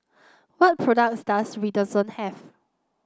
what products does Redoxon have